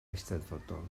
eisteddfodol